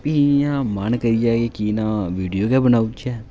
फ्ही इ'यां मन करी गेआ कि ना विडियो गै बनाई ओड़चै